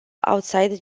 outside